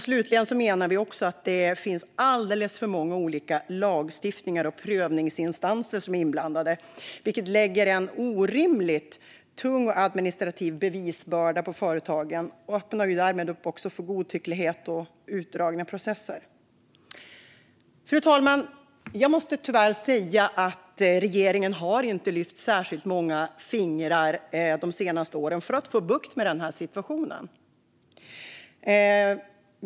Slutligen menar vi också att det är alldeles för många olika lagstiftningar och prövningsinstanser inblandade, vilket lägger en orimligt tung administrativ bevisbörda på företagen och därmed öppnar för godtycklighet och utdragna processer. Fru talman! Jag måste tyvärr säga att regeringen inte har lyft särskilt många fingrar de senaste åren för att få bukt med den här situationen.